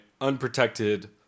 unprotected